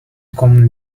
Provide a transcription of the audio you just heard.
common